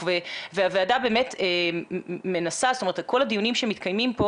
והוועדה באמת מנסה, כל הדיונים שמתקיימים פה